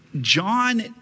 John